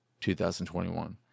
2021